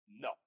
No